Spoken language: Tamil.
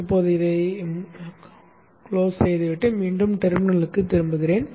இப்போது இதை மூடிவிட்டு மீண்டும் டெர்மினலுக்கு திரும்பவும்